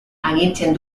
agintzen